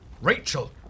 Rachel